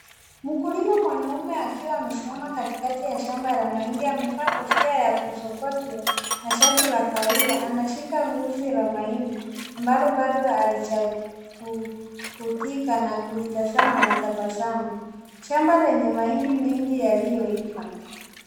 Mkulima mwanaume akiwa amesimama katikati ya shamba la mahindi, amevaa kofia ya kusokotwa na shati la kahawia anashika guzi la mahindi ambalo bado halijapukusika na kulitazma na tabasamu, shamba lenye mahindi mengi yaliyoiva.